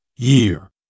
Year